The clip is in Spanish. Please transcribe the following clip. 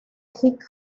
hip